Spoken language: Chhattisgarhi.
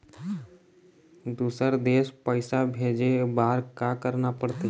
दुसर देश पैसा भेजे बार का करना पड़ते?